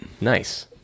nice